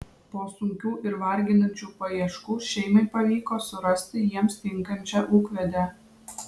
po sunkių ir varginančių paieškų šeimai pavyko surasti jiems tinkančią ūkvedę